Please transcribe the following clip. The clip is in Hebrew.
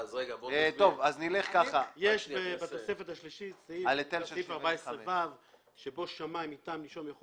יש בתוספת השלישית סעיף 14ו שבו שמאי מטעם נישום יכול